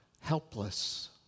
helpless